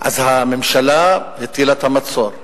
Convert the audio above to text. הממשלה הטילה את המצור,